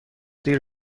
دیر